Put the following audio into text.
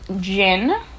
gin